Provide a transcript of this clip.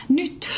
nyt